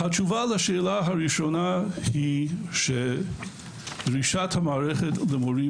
לשאלה הראשונה היא שדרישת המערכת למורים